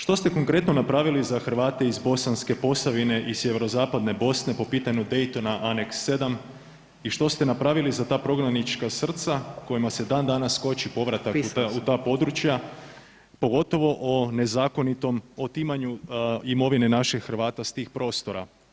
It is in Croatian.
Što ste konkretno napravili za Hrvate iz Bosanske Posavine i sjeverozapadne Bosne po pitanju Daytona, aneks 7, i što ste napravili za ta prognanička srca kojima se dan danas koči povratak u ta područja, pogotovo o nezakonitom otimanju imovine naših Hrvata s tih prostora.